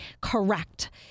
correct